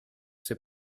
ses